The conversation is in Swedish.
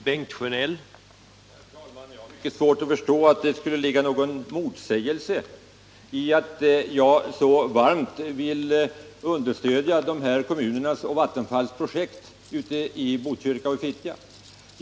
Herr talman! Jag har mycket svårt för att förstå att det skulle ligga någon motsägelse i att jag så varmt vill understödja de här kommunernas och Vattenfalls projekt ute i Botkyrka och Fittja.